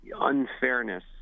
unfairness